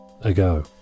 ago